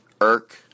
Irk